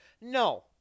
No